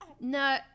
No